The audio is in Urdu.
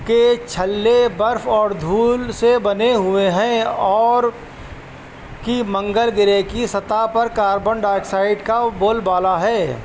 کے چھلے برف اور دھول سے بنے ہوئے ہیں اور کہ منگل گرہ کی سطح پر کاربن ڈائی آکسائڈ کا بول بالا ہے